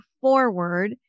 forward